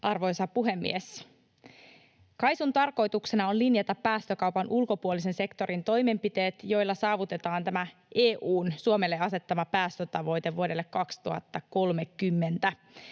Arvoisa puhemies! KAISUn tarkoituksena on linjata päästökaupan ulkopuolisen sektorin toimenpiteet, joilla saavutetaan EU:n Suomelle asettama päästötavoite vuodelle 2030.